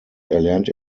erlernte